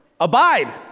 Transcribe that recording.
Abide